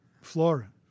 Flora